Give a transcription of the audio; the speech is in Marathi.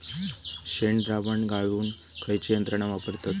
शेणद्रावण गाळूक खयची यंत्रणा वापरतत?